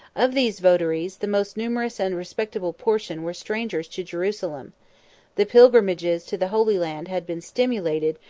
of these votaries, the most numerous and respectable portion were strangers to jerusalem the pilgrimages to the holy land had been stimulated,